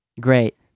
Great